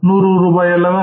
100 ரூபாய் அல்லவா